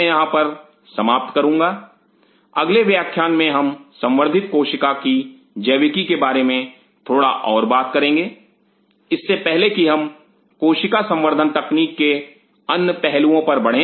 मैं यहां पर समाप्त करूंगा अगले व्याख्यान में हम संवर्धित कोशिका की जैविकी के बारे में थोड़ा और बात करेंगे इससे पहले कि हम कोशिका संवर्धन तकनीक के अन्य पहलुओं पर बढे